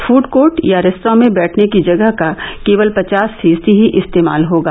food court या restaurant में बैठने की जगह का केवल पचास फीसदी ही इस्तेमाल होगा